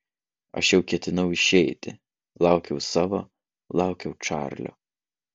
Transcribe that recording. aš jau ketinau išeiti laukiau savo laukiau čarlio